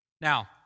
Now